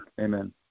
Amen